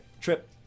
Trip